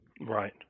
Right